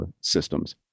systems